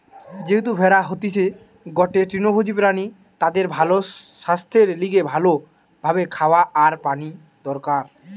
যেহেতু ভেড়া হতিছে গটে তৃণভোজী প্রাণী তাদের ভালো সাস্থের লিগে ভালো ভাবে খাওয়া আর পানি দরকার